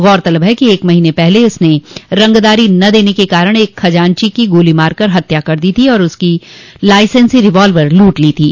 गौरतलब है कि एक महीने पहले अमित ने रंगदारी न देने के कारण एक खंजाचीं की गोली मार कर हत्या कर दी थी और उसकी लाइसेंसी रिवाल्वर लूट ली थी